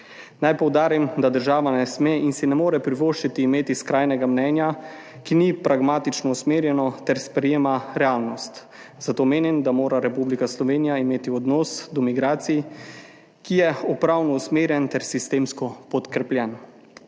Naj poudarim, da država ne sme in si ne more privoščiti imeti skrajnega mnenja, ki ni pragmatično usmerjeno ter sprejema realnost, zato menim, da mora Republika Slovenija imeti odnos do migracij, ki je upravno usmerjen ter sistemsko podkrepljen,